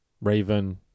Raven